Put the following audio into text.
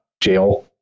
jail